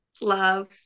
love